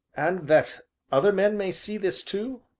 and that other men may see this too?